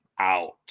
out